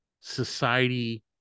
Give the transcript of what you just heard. society